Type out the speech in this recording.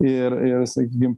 ir ir sakykim